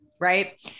Right